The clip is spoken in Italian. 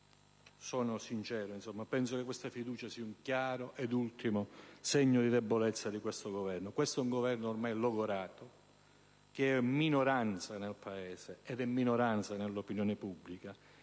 sono sincero, e ritengo che questa fiducia sia un chiaro ed ultimo segno di debolezza di questo Governo. Questo è un Governo ormai logorato, che è minoranza nel Paese e nell'opinione pubblica,